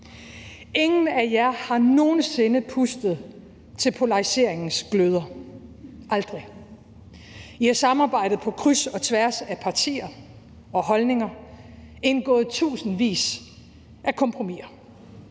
Ingen af jer har nogen sinde pustet til polariseringens gløder – aldrig. I har samarbejdet på kryds og tværs af partier og holdninger og indgået tusindvis af kompromiser.